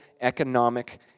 economic